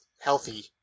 healthy